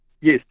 Yes